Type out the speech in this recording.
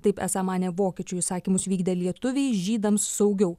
taip esą manė vokiečių įsakymus vykdę lietuviai žydams saugiau